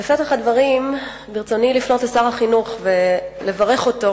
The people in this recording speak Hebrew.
בפתח הדברים ברצוני לפנות אל שר החינוך ולברך אותו